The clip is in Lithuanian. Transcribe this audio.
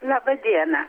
laba diena